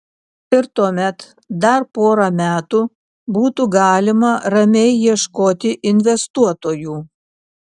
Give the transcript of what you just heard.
ir tuomet dar porą metų būtų galima ramiai ieškoti investuotojų